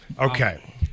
Okay